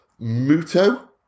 Muto